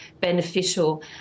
beneficial